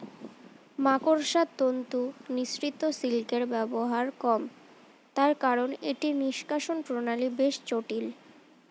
মাকড়সার তন্তু নিঃসৃত সিল্কের ব্যবহার কম, তার কারন এটির নিষ্কাশণ প্রণালী বেশ জটিল